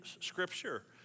Scripture